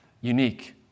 Unique